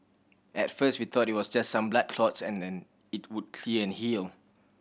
at first we thought it was just some blood clots and then it would clear and heal